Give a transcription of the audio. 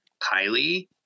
Kylie